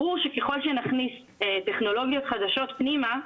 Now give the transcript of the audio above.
ברור שככל שנכניס טכנולוגיות חדשות פנימה,